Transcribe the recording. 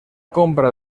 compra